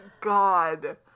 God